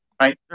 Right